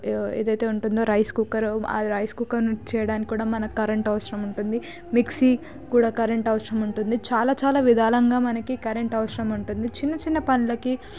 ఏదైతే ఉంటుందో rice cooker ఆ రైస్ కుక్కర్ చేయడానికి కూడా మనకి కరెంటు అవసరం ఉంటుంది మిక్సీ కూడా కరెంటు అవసరం ఉంటుంది చాలా చాలా విధాలంగా మనకి కరెంటు అవసరం ఉంటుంది చిన్న చిన్న పనులకి